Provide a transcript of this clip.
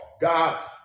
God